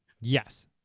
Yes